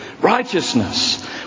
Righteousness